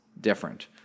different